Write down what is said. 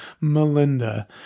Melinda